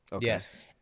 Yes